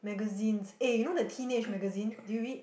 magazines eh do you know the teenage magazine do you read